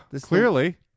clearly